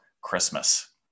Christmas